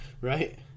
right